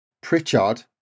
Pritchard